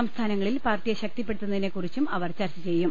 സംസ്ഥാനങ്ങളിൽ പാർട്ടിയെ ശക്തിപ്പെടുത്തുന്നതിനെ കുറിച്ചും അവർ ചർച്ച ചെയ്യും